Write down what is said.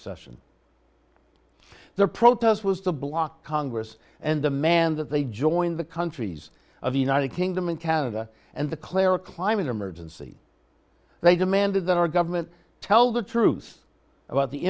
session their protest was to block congress and demand that they join the countries of the united kingdom and canada and the clara climbing emergency they demanded that our government tell the truth about the